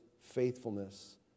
faithfulness